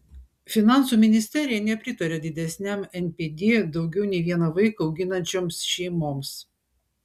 finansų ministerija nepritaria didesniam npd daugiau nei vieną vaiką auginančioms šeimoms